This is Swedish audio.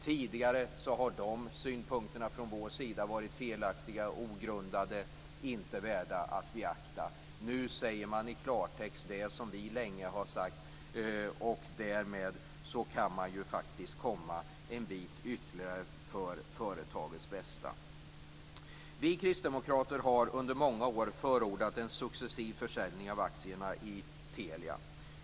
Tidigare har de synpunkterna från vår sida varit felaktiga, ogrundade och inte värda att beakta. Nu säger man i klartext det som vi länge har sagt. Därmed kan man komma en bit ytterligare för företagets bästa. Vi kristdemokrater har under många år förordat en successiv försäljning av aktierna i Telia.